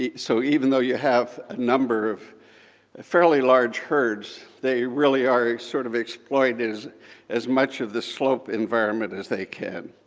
so even though you have a number of fairly large herds, they really are sort of exploiting as as much of the slope environment as they can.